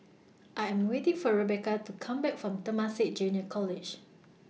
I Am waiting For Rebeca to Come Back from Temasek Junior College